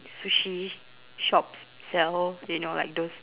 sushi shops sell you know like those